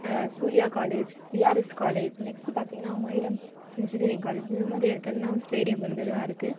Surya college VRS college next பார்த்தீங்கன்னா Mailam engineering college இந்த மாதிரி இடத்துலெலாம் ஸ்டேடியம் இருந்துட்டு தான் இருக்குது